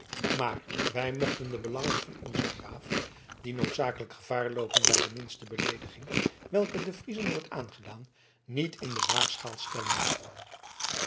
maar wij mochten de belangen van onzen graaf die noodzakelijk gevaar loopen bij de minste beleediging welke dien friezen wordt aangedaan niet in de waagschaal stellen